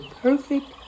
perfect